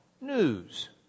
news